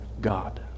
God